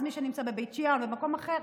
אז מי שנמצא בבית שאן או במקום אחר,